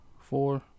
four